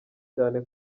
cyane